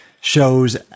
shows